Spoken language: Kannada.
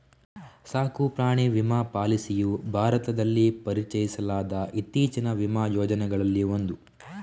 ಸಾಕು ಪ್ರಾಣಿ ವಿಮಾ ಪಾಲಿಸಿಯು ಭಾರತದಲ್ಲಿ ಪರಿಚಯಿಸಲಾದ ಇತ್ತೀಚಿನ ವಿಮಾ ಯೋಜನೆಗಳಲ್ಲಿ ಒಂದು